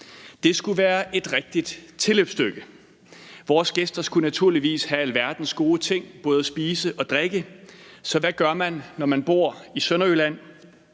Det skulle være et rigtigt tilløbsstykke. Vores gæster skulle naturligvis have alverdens gode ting både at spise og drikke, så hvad gør man, når man bor i Sønderjylland?